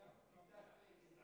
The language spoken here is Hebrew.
גברתי היושבת-ראש,